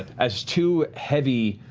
as two heavy,